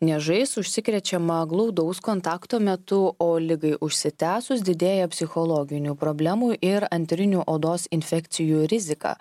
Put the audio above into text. niežais užsikrečiama glaudaus kontakto metu o ligai užsitęsus didėja psichologinių problemų ir antrinių odos infekcijų rizika